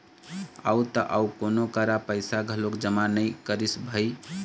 अउ त अउ कोनो करा पइसा घलोक जमा नइ करिस भई